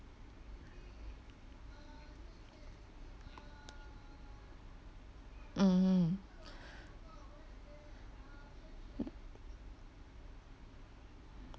mmhmm